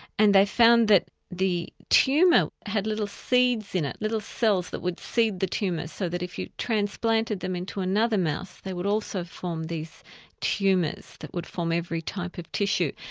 and they found that the tumour had little seeds in it, little cells that would seed the tumours, so that if you transplanted them into another mouse, they would also form these tumours that would form every type of tissue.